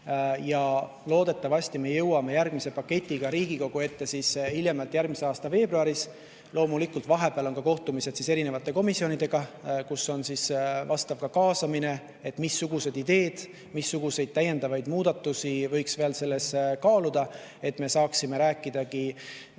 Loodetavasti jõuame järgmise paketiga Riigikogu ette hiljemalt järgmise aasta veebruaris. Loomulikult on vahepeal ka kohtumised erinevate komisjonidega, kus on vastav kaasamine, missuguseid ideid, missuguseid täiendavaid muudatusi võiks kaaluda, et me saaksime rääkida